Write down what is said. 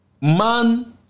man